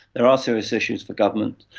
there are serious issues for government,